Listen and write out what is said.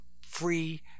free